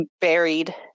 buried